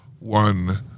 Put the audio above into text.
one